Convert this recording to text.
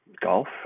golf